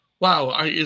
Wow